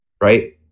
right